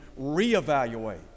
reevaluate